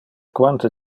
quante